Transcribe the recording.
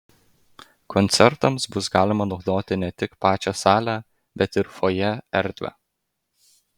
koncertams bus galima naudoti ne tik pačią salę bet ir fojė erdvę